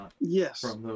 Yes